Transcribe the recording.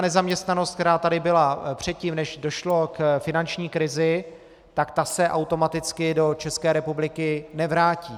Nezaměstnanost, která tady byla předtím, než došlo k finanční krizi, se automaticky do České republiky nevrátí.